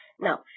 Now